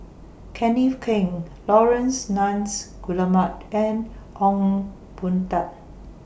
Kenneth Keng Laurence Nunns Guillemard and Ong Boon Tat